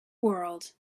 world